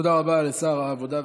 תודה רבה לשר העבודה,